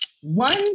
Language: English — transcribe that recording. One